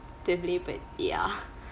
deeply but ya